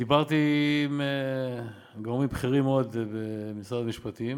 דיברתי עם גורמים בכירים מאוד במשרד המשפטים